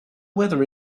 weather